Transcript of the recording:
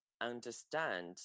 understand